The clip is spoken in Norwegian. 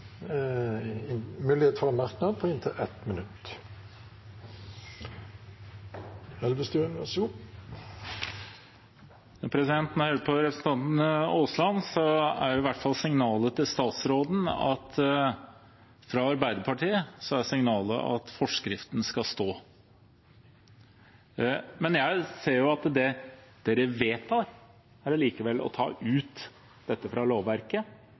merknad, begrenset til 1 minutt. Når jeg hører på representanten Aasland, er i hvert fall signalet fra Arbeiderpartiet til statsråden at forskriften skal stå. Men jeg ser jo at det dere vedtar, er allikevel å ta dette ut fra lovverket,